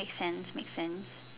make sense make sense